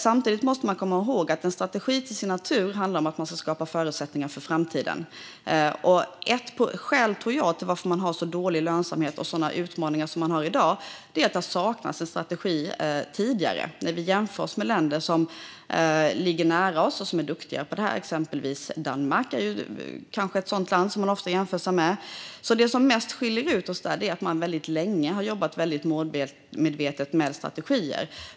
Samtidigt måste man komma ihåg att en strategi till sin natur handlar om att skapa förutsättningar för framtiden. Ett skäl till att man har så dålig lönsamhet och sådana utmaningar som man har i dag är att det tidigare har saknats en strategi. När vi jämför oss med länder som ligger nära oss och som är duktiga på detta - exempelvis är Danmark ett land som man ofta jämför sig med - ser vi att det som mest skiljer oss från dem är att man där väldigt länge har jobbat målmedvetet med strategier.